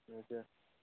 اَچھا